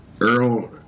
earl